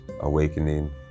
awakening